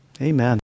Amen